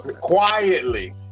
Quietly